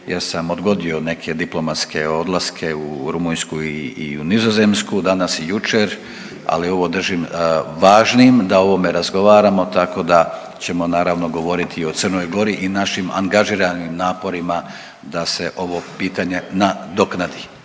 jer sam odgodio neke diplomatske odlaske u Rumunjsku i u Nizozemsku danas i jučer, ali ovo držim važnim da o ovome razgovaramo, tako da ćemo naravno govoriti i o Crnoj Gori i našim angažiranim naporima da se ovo pitanje nadoknadi,